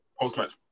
post-match